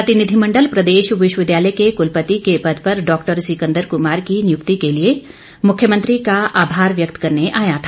प्रतिनिधिमण्डल प्रदेश विश्वविद्यालय के कुलपति के पद पर डॉक्टर सिकंदर कुमार की नियुक्ति के लिए मुख्यमंत्री का आभार व्यक्त करने आया था